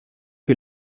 que